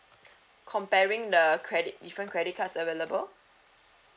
comparing the credit different credit cards available